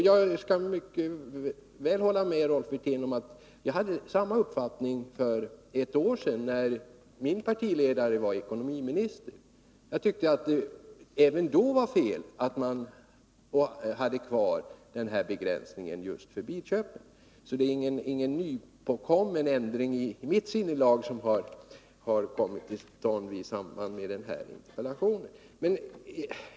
Jag kan mycket väl hålla med Rolf Wirtén om att jag hade samma uppfattning för ett år sedan, när min partiledare var ekonomiminister. Jag tyckte även då att det var fel att den här begränsningen fanns kvar just för bilköpen. Det är alltså ingen nypåkommen ändring i mitt sinnelag som kommit till stånd i samband med den här interpellationen.